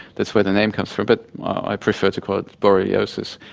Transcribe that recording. that's where the name comes from, but i prefer to call it borreliosis.